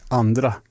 andra